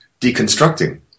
deconstructing